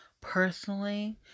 personally